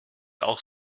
auch